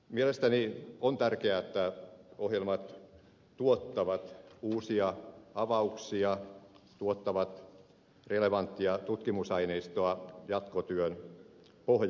mielestäni on tärkeää että ohjelmat tuottavat uusia avauksia tuottavat relevanttia tutkimusaineistoa jatkotyön pohjaksi